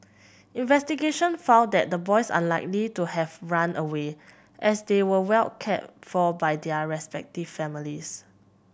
investigation found that the boys unlikely to have run away as they were well cared for by their respective families